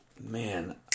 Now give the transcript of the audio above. Man